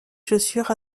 chaussures